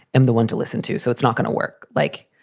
i'm the one to listen to. so it's not gonna work like,